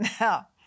Now